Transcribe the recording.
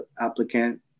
applicant